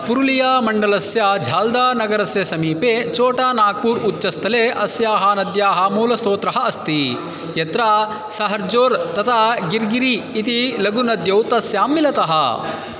पुरुळियामण्डलस्य झाल्दानगरस्य समीपे चोटानागपुरम् उच्चस्थले अस्याः नद्याः मूलस्त्रोतः अस्ति यत्र सहर्जोर् तथा गिर्गिरि इति लघुनद्यौ तस्यां मिलतः